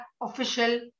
official